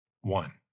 One